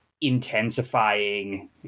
intensifying